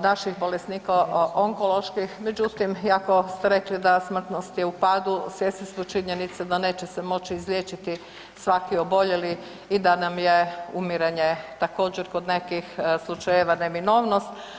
naših bolesnika onkoloških, međutim iako ste rekli da je smrtnost u padu svjesni smo činjenice da neće se moći izliječiti svaki oboljeli i da nam je umiranje također kod nekih slučajeva neminovnost.